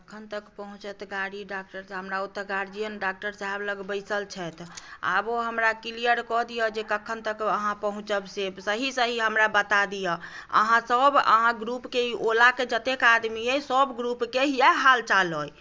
कखन तक पहुँचत गाड़ी डॉक्टर साहेब हमरा ओतय गार्जियन डॉक्टर साहेब लग बैसल छथि आबो हमरा क्लियर कऽ दिअ जे कखनतक अहाँ पहुँचब से सही सही हमरा बता दिअ अहाँसभ अहाँ ग्रुपके ओलाके जतेक आदमी अइ सभके ग्रुपके इएह हालचाल अइ